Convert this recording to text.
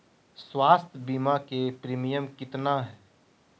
स्वास्थ बीमा के प्रिमियम कितना है?